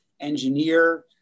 engineer